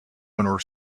owner